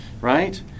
right